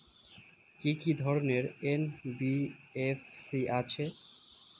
কি কি ধরনের এন.বি.এফ.সি আছে?